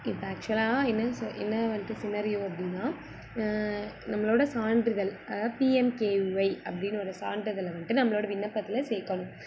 இப்போ ஆக்சுவலாக என்னன்னு சோ என்ன வந்துட்டு சினரியோ அப்படின்னா நம்மளோட சான்றிதழ் அதாவது பிஎன்கேஒய் அப்படின்னு ஒரு சான்றிதழை வந்துட்டு நம்மளோட விண்ணப்பத்தில் சேர்க்கணும்